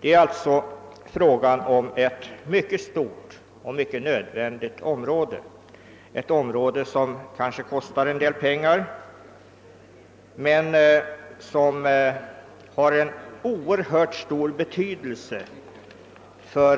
Det är alltså fråga om en mycket nödvändig specialitet på ett mycket stort område som kanske kostar en del pengar men som har en oerhörd betydelse för